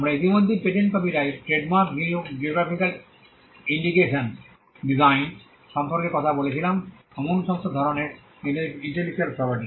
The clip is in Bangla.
আমরা ইতিমধ্যে patent copyright trademark geographical indications design সম্পর্কে কথা বলেছিলাম এমন সমস্ত ধরণের ইন্টেলেকচুয়াল প্রপার্টি